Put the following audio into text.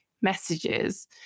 messages